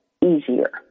easier